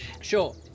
sure